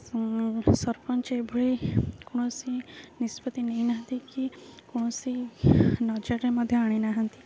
ସରପଞ୍ଚ ଏଭଳି କୌଣସି ନିଷ୍ପତ୍ତି ନେଇନାହାନ୍ତି କି କୌଣସି ନଜରରେ ମଧ୍ୟ ଆଣିନାହାନ୍ତି